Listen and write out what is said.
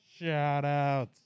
shoutouts